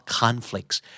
conflicts